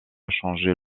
changer